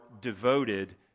devoted